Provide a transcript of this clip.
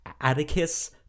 Atticus